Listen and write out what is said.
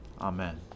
Amen